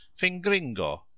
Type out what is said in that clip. fingringo